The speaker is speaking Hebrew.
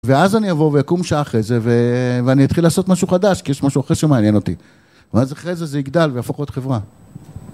ואז אני אבוא ואקום שעה אחרי זה ואני אתחיל לעשות משהו חדש כי יש משהו אחר שם מעניין אותי ואז אחרי זה, זה יגדל ויהפוך להיות חברה